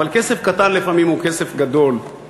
אבל כסף קטן לפעמים הוא כסף גדול,